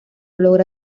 logra